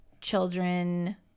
children